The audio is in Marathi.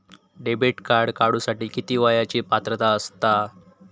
डेबिट कार्ड काढूसाठी किती वयाची पात्रता असतात?